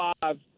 five